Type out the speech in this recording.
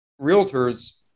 realtors